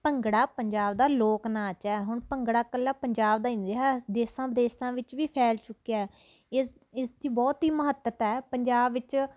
ਭੰਗੜਾ ਪੰਜਾਬ ਦਾ ਲੋਕ ਨਾਚ ਹੈ ਹੁਣ ਭੰਗੜਾ ਇਕੱਲਾ ਪੰਜਾਬ ਦਾ ਹੀ ਨਹੀਂ ਰਿਹਾ ਦੇਸ਼ਾਂ ਵਿਦੇਸ਼ਾਂ ਵਿੱਚ ਵੀ ਫੈਲ ਚੁੱਕਿਆ ਇਸ ਇਸ ਦੀ ਬਹੁਤ ਹੀ ਮਹੱਤਤਾ ਹੈ ਪੰਜਾਬ ਵਿੱਚ